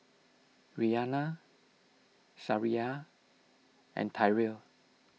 Rhianna Sariah and Tyrell